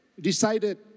decided